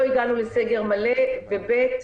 לא הגענו לסגר מלא; ו-ב'.